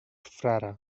frare